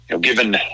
Given